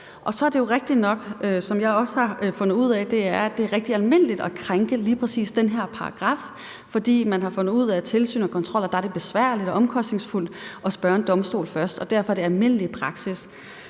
Så er det jo rigtigt nok, hvilket jeg også har fundet ud af, at det er rigtig almindeligt at overtræde lige præcis den her paragraf, fordi man har fundet ud af, at i forhold til tilsyn og kontrol er det besværligt og omkostningsfuldt at spørge en domstol først, og derfor er det almindelig praksis